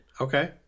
Okay